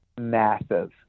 Massive